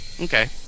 Okay